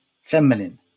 feminine